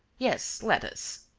yes, let us.